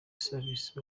service